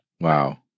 Wow